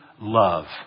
love